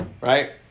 right